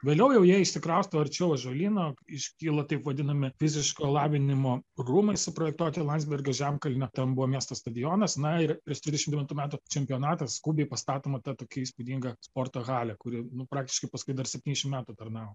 vėliau jau jie išsikrausto arčiau ąžuolyno iškyla taip vadinami fiziško lavinimo rūmai suprojektuoti landsbergio žemkalnio ten buvo miesto stadionas na ir prieš trisdešim devintų metų čempionatą skubiai pastatoma ta tokia įspūdinga sporto halė kuri nu praktiškai paskui dar septyniasdešim metų tarnavo